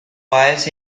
bias